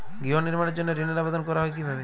গৃহ নির্মাণের জন্য ঋণের আবেদন করা হয় কিভাবে?